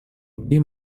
другие